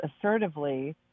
assertively